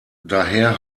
daher